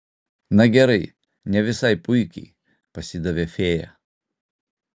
na gerai ne visai puikiai pasidavė fėja